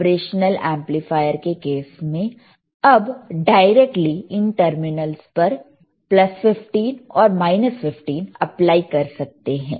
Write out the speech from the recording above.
operational amplifier के case में अब डायरेक्टली इन टर्मिनलस पर प्लस 15 और माइनस 15 अप्लाई कर सकते हैं